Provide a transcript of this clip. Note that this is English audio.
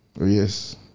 Yes